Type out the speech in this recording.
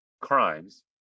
crimes